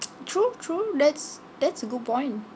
true true that's that's a good point